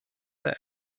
der